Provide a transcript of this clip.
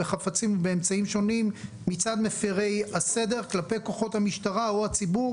בחפצים ובאמצעים שונים מצד מפרי הסדר כלפי כוחות המשטרה או הציבור,